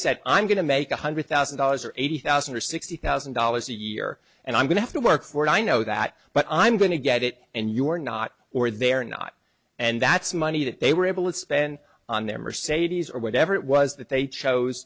said i'm going to make one hundred thousand dollars or eighty thousand or sixty thousand dollars a year and i'm going to have to work for it i know that but i'm going to get it and you're not or they're not and that's money that they were able to spend on their mercedes or whatever it was that they chose